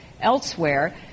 elsewhere